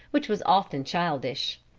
which was often childish.